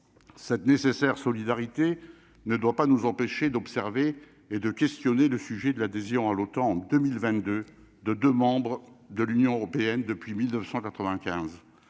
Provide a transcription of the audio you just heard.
cette nécessaire solidarité ne doit pas nous empêcher d'observer et de questionner le sujet de l'adhésion à l'OTAN en 2022, de 2 membres de l'Union européenne depuis 1995